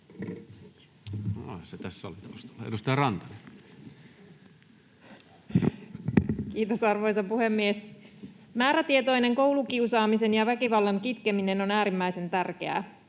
Kiitos, arvoisa puhemies! Määrätietoinen koulukiusaamisen ja väkivallan kitkeminen on äärimmäisen tärkeää.